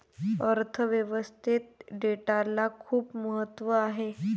अर्थ व्यवस्थेत डेटाला खूप महत्त्व आहे